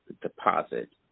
deposit